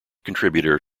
contributor